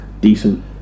decent